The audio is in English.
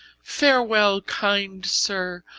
farewell, kind sir.